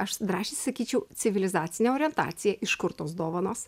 aš drąščiai sakyčiau civilizacinę orientaciją iš kur tos dovanos